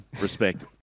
Respect